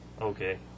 okay